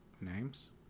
names